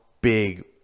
big